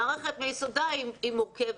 המערכת מיסודה היא מורכבת,